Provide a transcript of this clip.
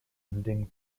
ending